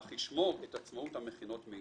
אך ישמור את עצמאות המכינות מאידך.